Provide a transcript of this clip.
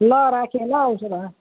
ल राखेँ ल उसो भए